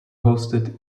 hosted